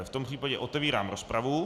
V tom případě otevírám rozpravu.